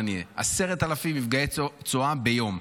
יש 10,000 מפגעי צואה ביום.